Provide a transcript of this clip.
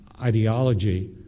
ideology